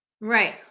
right